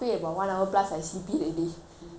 then okay we stop play game for a while